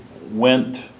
went